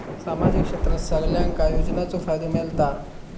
सामाजिक क्षेत्रात सगल्यांका योजनाचो फायदो मेलता?